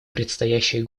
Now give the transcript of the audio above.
предстоящие